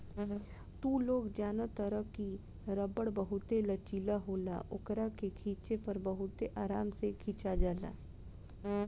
तू लोग जनतार की रबड़ बहुते लचीला होला ओकरा के खिचे पर बहुते आराम से खींचा जाला